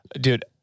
Dude